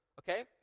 okay